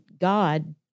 God